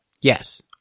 Yes